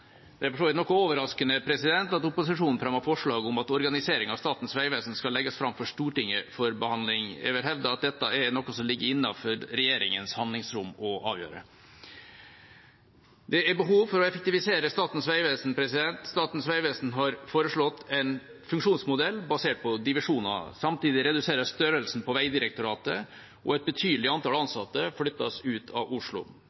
Det er for så vidt noe overraskende at opposisjonen fremmer forslag om at organiseringen av Statens vegvesen skal legges fram for Stortinget for behandling. Jeg vil hevde at dette er noe som ligger innenfor regjeringens handlingsrom å avgjøre. Det er behov for å effektivisere Statens vegvesen. Statens vegvesen har foreslått en funksjonsmodell basert på divisjoner. Samtidig reduseres størrelsen på Vegdirektoratet, og et betydelig antall ansatte flyttes ut av Oslo.